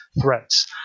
threats